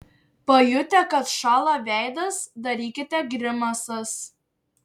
pajutę kad šąla veidas darykite grimasas